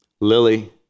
Lily